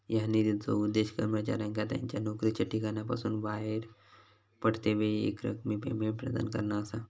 ह्या निधीचो उद्देश कर्मचाऱ्यांका त्यांच्या नोकरीच्या ठिकाणासून बाहेर पडतेवेळी एकरकमी पेमेंट प्रदान करणा असा